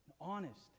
honest